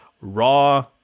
raw